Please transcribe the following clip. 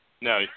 no